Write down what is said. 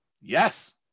yes